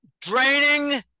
Draining